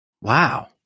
Wow